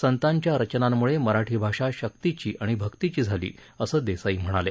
संतांच्या रचनांमूळे मराठी भाषा शक्तीची आणि भक्तीची झाली असं देसाई म्हणाले